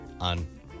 on